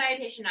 dietitian